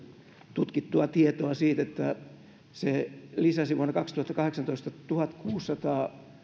tutkittua tietoa siitä että vuonna kaksituhattakahdeksantoista nuo toimet lisäsivät tuhatkuusisataa